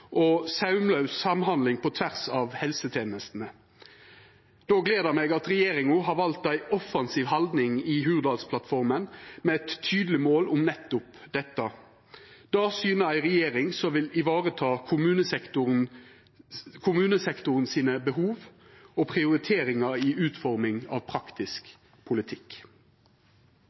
og saumlaus samhandling på tvers av helsetenestene. Då gler det meg at regjeringa har valt ei offensiv haldning i Hurdalsplattforma med eit tydeleg mål om nettopp dette. Det syner ei regjering som vil vareta kommunesektoren sine behov og prioriteringar i utforming av praktisk politikk.